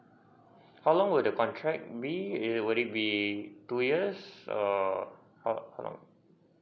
how long will the contract be would it be two years or how how long